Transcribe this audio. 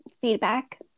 feedback